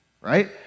right